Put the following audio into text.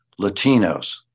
Latinos